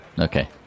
Okay